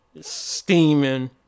steaming